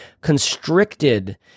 constricted